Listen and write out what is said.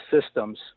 systems